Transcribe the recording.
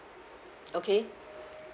okay